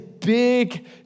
big